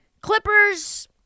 Clippers